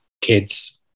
kids